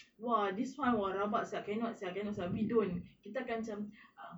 !wah! this [one] !wah! rabak sia cannot sia cannot sia we don't kita akan macam